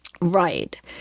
Right